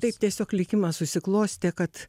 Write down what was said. taip tiesiog likimas susiklostė kad